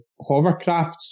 hovercrafts